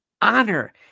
honor